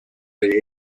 the